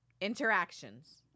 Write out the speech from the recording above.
interactions